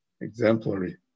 exemplary